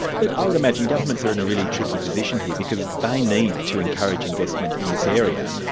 but i would imagine governments are in a really tricky position here, because they need to encourage investment in this area,